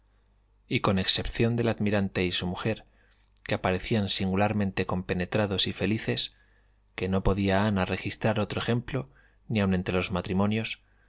y con excepción del almirante y su mujer que aparecían singularmente compenetrados y felicesque no podíai ana registrar otro ejemplo ni aun entre los matrimonios